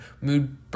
mood